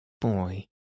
Boy